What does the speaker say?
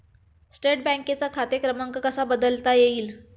State बँकेचा खाते क्रमांक कसा बदलता येईल?